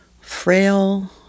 frail